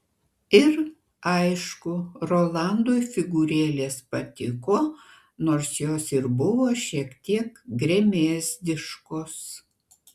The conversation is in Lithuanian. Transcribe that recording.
ir aišku rolandui figūrėlės patiko nors jos ir buvo šiek tiek gremėzdiškos